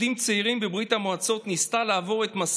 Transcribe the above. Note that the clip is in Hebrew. הם מחכים כבר שעה וחצי לראש הממשלה על מנת לשבת עם